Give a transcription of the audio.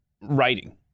writing